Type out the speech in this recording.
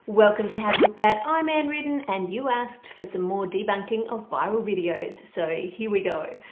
welcome to how to cook that i'm ann reardon and you asked for some more debunking of viral videos so here we go.